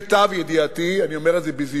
למיטב ידיעתי, אני אומר את זה בזהירות,